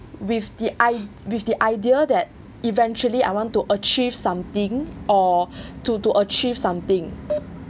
with the ide~ with the idea that eventually I want to achieve something or to to achieve something